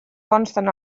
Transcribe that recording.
consten